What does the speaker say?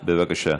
בבקשה.